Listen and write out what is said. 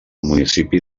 municipi